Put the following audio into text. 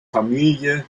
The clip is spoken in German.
familie